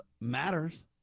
matters